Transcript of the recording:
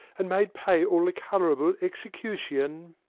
and made pay all the colorable execution.